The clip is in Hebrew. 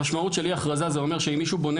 המשמעות של אי הכרזה זה שאם מישהו בונה